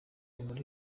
muri